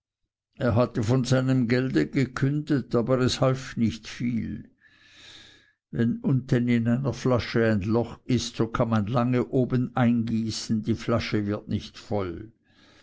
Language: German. er hatte von seinem gelde gekündet aber es half nicht viel wenn unten in einer flasche ein loch ist so kann man lange obeneingießen die flasche wird nicht voll